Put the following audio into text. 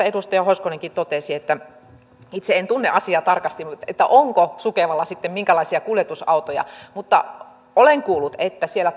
edustaja hoskonenkin totesi itse en tunne asiaa tarkasti onko sukevalla sitten minkälaisia kuljetusautoja mutta olen kuullut että kun siellä